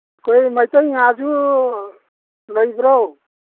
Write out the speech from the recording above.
ꯑꯩꯈꯣꯏ ꯃꯩꯇꯩ ꯉꯥꯁꯨ ꯂꯩꯕ꯭ꯔꯣ